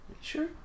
sure